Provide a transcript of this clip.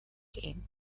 game